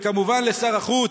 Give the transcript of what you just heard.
וכמובן לשר החוץ,